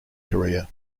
career